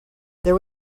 there